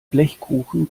blechkuchen